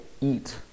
eat